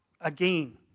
again